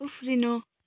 उफ्रिनु